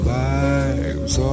lives